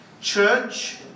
Church